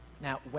Now